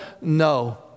no